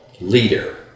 leader